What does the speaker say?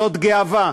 זאת גאווה.